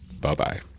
Bye-bye